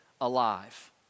alive